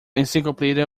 encyclopedia